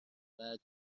بعد